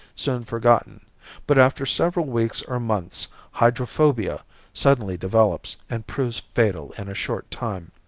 soon forgotten but after several weeks or months hydrophobia suddenly develops and proves fatal in a short time.